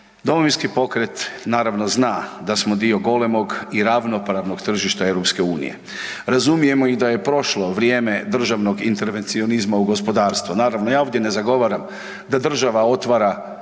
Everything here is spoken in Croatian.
Domovinski pokret naravno zna da smo dio golemog i ravnopravnog tržišta Europske unije, razumijemo i da je prošlo vrijeme državnog intervencionizma u gospodarstvo, naravno ja ovdje ne zagovaram da država otvara